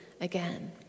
again